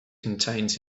contains